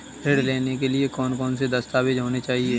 ऋण लेने के लिए कौन कौन से दस्तावेज होने चाहिए?